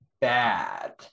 bad